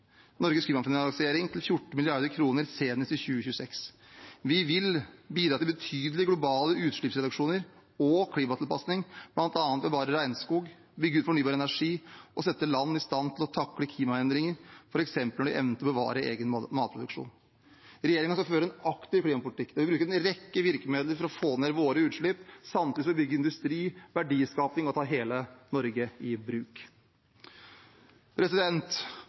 klimafinansiering til 14 mrd. kr senest i 2026. Vi vil bidra til betydelige globale utslippsreduksjoner og klimatilpasning, bl.a. ved å bevare regnskog, bygge ut fornybar energi og sette land i stand til å takle klimaendringer, f.eks. når det gjelder evnen til å bevare egen matproduksjon. Regjeringen skal føre en aktiv klimapolitikk der vi bruker en rekke virkemidler for å få ned våre utslipp, samtidig som vi bygger industri, har verdiskaping og tar hele Norge i bruk.